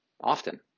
often